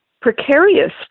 precarious